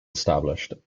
established